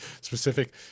specific